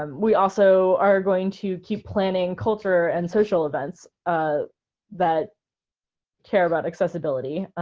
um we also are going to keep planning culture and social events ah that care about accessibility.